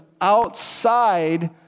outside